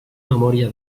memòria